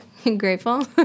Grateful